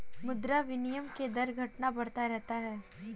मुद्रा विनिमय के दर घटता बढ़ता रहता है